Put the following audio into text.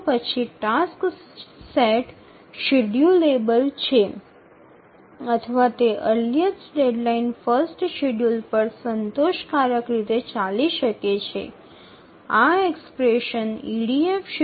তারপরে নির্ধারিত কার্যগুলি সময়সূচীযুক্ত বা সন্তুষ্টির সাথে প্রাথমিকতম সময়সীমার প্রথম সময়সূচীটিতে চালানো যেতে পারে